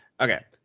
okay